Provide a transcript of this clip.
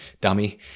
dummy